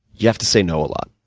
you have to say no a lot.